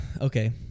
Okay